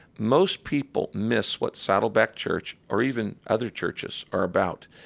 most people miss what saddleback church or even other churches are about.